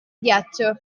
ghiaccio